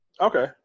Okay